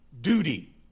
duty